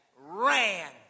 ran